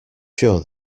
sure